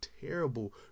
terrible